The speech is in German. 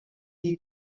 die